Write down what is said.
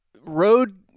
road